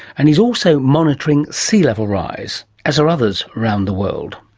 and he is also monitoring sea level rise, as are others around the world.